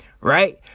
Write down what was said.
right